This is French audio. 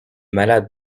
malades